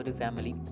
family